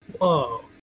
Whoa